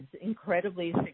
incredibly